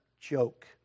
joke